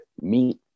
meet